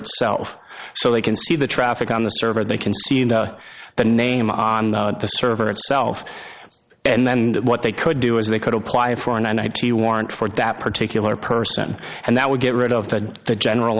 itself so they can see the traffic on the server they can see into the name on the server itself and then that what they could do is they could apply for an id warrant for that particular person and that would get rid of that to general